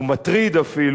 אפילו מטריד,